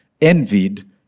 envied